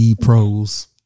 pros